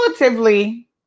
relatively